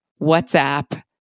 WhatsApp